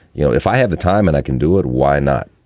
you know, if i have the time and i can do it, why not.